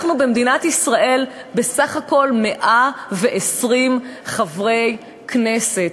אנחנו, במדינת ישראל, בסך הכול 120 חברי כנסת.